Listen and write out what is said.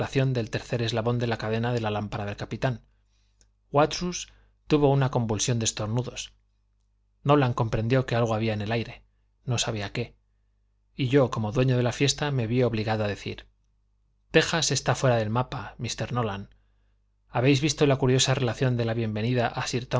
del tercer eslabón de la cadena de la lámpara del capitán watrous tuvo una convulsión de estornudos nolan comprendió que algo había en el aire no sabía qué y yo como dueño de la fiesta me vi obligado a decir tejas está fuera del mapa mr nolan habéis visto la curiosa relación de la bienvenida